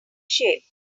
shape